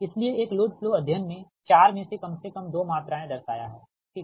इसलिएएक load flow अध्ययन में 4 में से कम से कम 2 मात्राएं दर्शाया हैं ठीक